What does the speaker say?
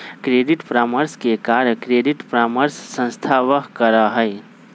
credit परामर्श के कार्य क्रेडिट परामर्श संस्थावह करा हई